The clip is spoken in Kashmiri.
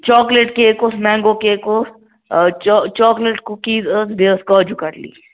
چاکلیٹ کیک اوس مٮ۪نٛگو کیک اوس چا چاکلیٹ کُکیٖز ٲس بیٚیہِ ٲس کاجو کَٹلی